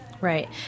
right